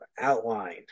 outline